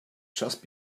just